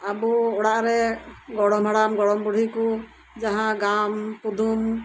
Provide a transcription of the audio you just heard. ᱟᱵᱩ ᱚᱲᱟᱜ ᱨᱮ ᱜᱚᱲᱚᱢ ᱦᱟᱲᱟᱢ ᱜᱚᱲᱚᱢ ᱵᱩᱰᱷᱤᱠᱩ ᱡᱟᱦᱟᱸ ᱜᱟᱢ ᱠᱩᱫᱩᱢ